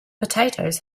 potatoes